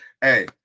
hey